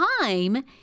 time